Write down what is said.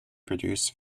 produced